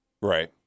Right